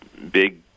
Big